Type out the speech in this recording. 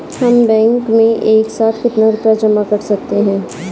हम बैंक में एक साथ कितना रुपया जमा कर सकते हैं?